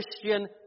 Christian